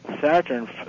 Saturn